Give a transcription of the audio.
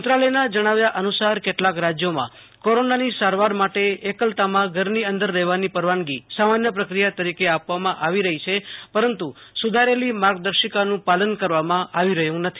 મંત્રાલયના જણાવ્યા અનુસાર કેટલાક રાજ્યોમાં કોરોનાની સારવાર માટે એકલતામાં ઘરની અંદર રહેવાની પરવાનગી સામાન્ય પ્રક્રિયા તરીકે આપવામાં આવી રહી છે પરંતુ સુધારેલી માર્ગદર્શિકાનું પાલન કરવામાં આવી રહ્યું નથી